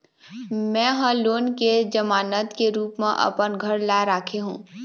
में ह लोन के जमानत के रूप म अपन घर ला राखे हों